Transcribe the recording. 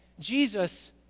Jesus